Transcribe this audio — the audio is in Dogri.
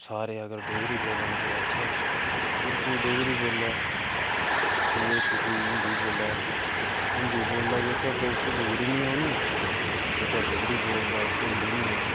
सारे अगर डोगरी बोलन ते अच्छा ऐ अगर कोई डोगरी बोल्लै ते इक कोई हिंदी बोल्लै हिंदी बोल्लै जेह्का ते उसी डोगरी नि औनी ते जेह्का डोगरी बोलदा उसी हिंदी नि औनी